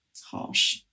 Harsh